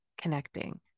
connecting